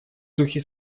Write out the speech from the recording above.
духе